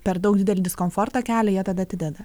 per daug didelį diskomfortą kelia jie tada atideda